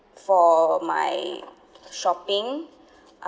for my shopping